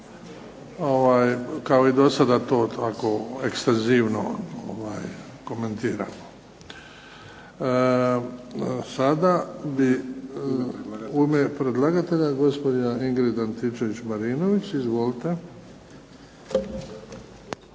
kao i do sada to tako ekstenzivno komentiramo. Sada bi u ime predlagatelja gospođa Ingrid Antičević-Marinović. Izvolite.